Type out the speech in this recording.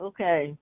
Okay